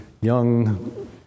young